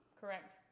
Correct